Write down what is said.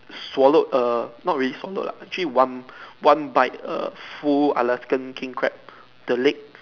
swallowed err not really swallowed lah actually one one bite a full Alaskan king crab the leg